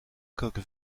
coque